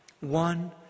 one